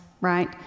right